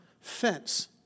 fence